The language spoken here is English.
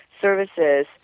services